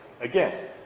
again